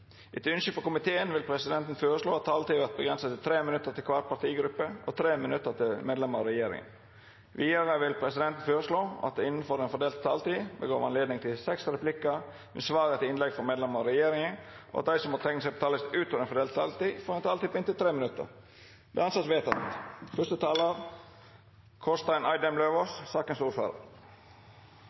Etter ønske fra næringskomiteen vil presidenten foreslå at taletiden blir begrenset til 5 minutter til hver partigruppe og 5 minutter til medlemmer av regjeringen. Videre vil presidenten foreslå at det – innenfor den fordelte taletid – blir gitt anledning til seks replikker med svar etter innlegg fra medlemmer av regjeringen, og at de som måtte tegne seg på talerlisten utover den fordelte taletid, får en taletid på inntil 3 minutter. – Det anses vedtatt.